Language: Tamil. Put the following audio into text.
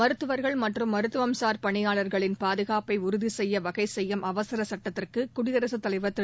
மருத்துவர்கள் மற்றும் மருத்துவம்சார் பணியாளர்களின் பாதுகாப்பை உறுதி செய்ய வகை செய்யும் அவசரச் சட்டத்திற்கு குடியரசுத் தலைவர் திரு